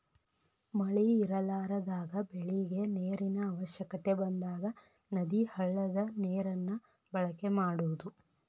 ಮಳಿ ಇರಲಾರದಾಗ ಬೆಳಿಗೆ ನೇರಿನ ಅವಶ್ಯಕತೆ ಬಂದಾಗ ನದಿ, ಹಳ್ಳದ ನೇರನ್ನ ಬಳಕೆ ಮಾಡುದು